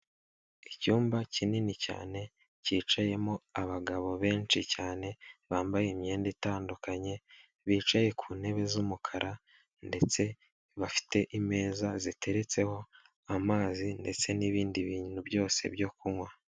Icyumba kinini cyane, kicayemo abagabo benshi cyane, bambaye imyenda itandukanye, bicaye ku ntebe z'umukara, ndetse bafite imeza ziteretseho amazi ndetse n'ibindi bintu byose byo kunywa.